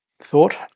thought